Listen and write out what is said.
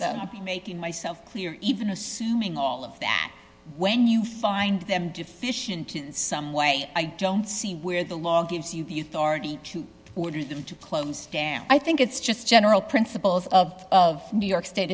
and making myself clear even assuming all of that when you find them deficient in some way i don't see where the law gives you the youth already ordered them to close down i think it's just general principles of of new york state